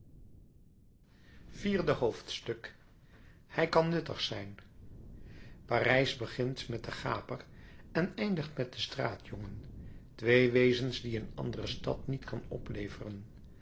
vierde hoofdstuk hij kan nuttig zijn parijs begint met den gaper en eindigt met den straatjongen twee wezens die een andere stad niet kan opleveren